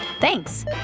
Thanks